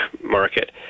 market